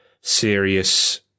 serious